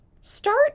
Start